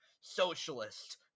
socialist